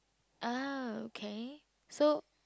oh okay so